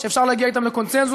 שאפשר להגיע איתם לקונסנזוס.